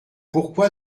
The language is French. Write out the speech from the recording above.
pourquoi